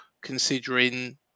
considering